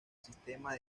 sistema